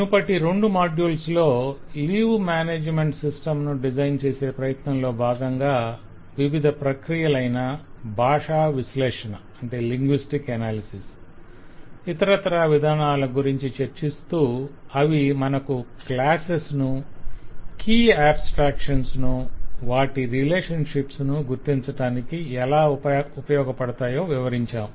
మునుపటి రెండు మాడ్యూల్స్ లో లీవ్ మేనేజ్మెంట్ సిస్టం ను డిజైన్ చేసే ప్రయత్నంలో బాగంగా వివిధ ప్రక్రియలైన భాషావిశ్లేషణ ఇతరత్రా విధానాల గురించి చర్చిస్తూ అవి మనకు క్లాసెస్ ను కీ అబ్స్త్రాక్షన్స్ ను వాటి రిలేషన్షిప్స్ ను గుర్తించటానికి ఎలా ఉపయోగపడతాయో వివరించాము